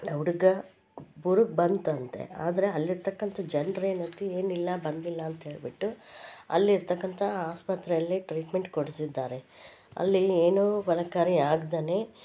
ಆ ಹುಡುಗ್ಗೆ ಬುರುಗು ಬಂತಂತೆ ಆದರೆ ಅಲ್ಲಿರ್ತಕ್ಕಂಥ ಜನ್ರು ಏನಿದೆ ಏನಿಲ್ಲಾ ಬಂದಿಲ್ಲ ಅಂತ ಹೇಳಿಬಿಟ್ಟು ಅಲ್ಲಿರ್ತಕ್ಕಂಥ ಆಸ್ಪತ್ರೆಯಲ್ಲಿ ಟ್ರೀಟ್ಮೆಂಟ್ ಕೊಡಿಸಿದ್ದಾರೆ ಅಲ್ಲಿ ಏನೂ ಫಲಕಾರಿ ಆಗ್ದೆ